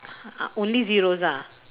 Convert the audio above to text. only zeros ah